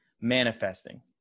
manifesting